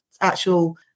actual